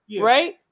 right